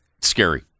Scary